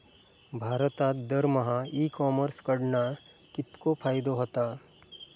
भारतात दरमहा e commerce कडणा कितको फायदो होता?